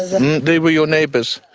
and they were your neighbours?